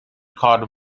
called